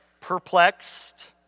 Perplexed